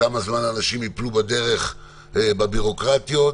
כמה אנשים יפלו בדרך, בביורוקרטיה.